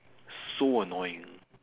so annoying